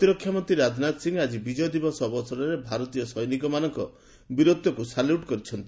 ପ୍ରତିରକ୍ଷା ମନ୍ତ୍ରୀ ରାଜନାଥ ସିଂହ ଆଜି ବିଜୟ ଦିବସ ଅବସରରେ ଭାରତୀୟ ସୈନିକମାନଙ୍କ ବୀରତ୍ୱକୁ ସାଲ୍ୟୁଟ୍ କରିଛନ୍ତି